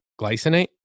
glycinate